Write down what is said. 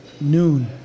noon